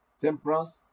temperance